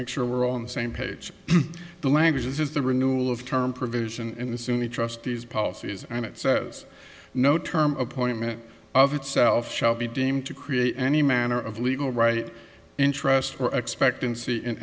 make sure we're on the same page the language is the renewal of term provision in the sunni trustees policies and it says no term appointment of itself shall be deemed to create any manner of legal right interest or expectancy in